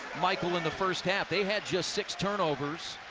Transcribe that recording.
michael in the first half, they had just six turnovers.